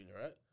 Right